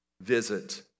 visit